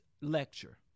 lecture